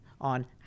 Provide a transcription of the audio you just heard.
on